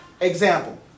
Example